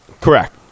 Correct